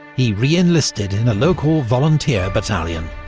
he re-enlisted in a local volunteer battalion.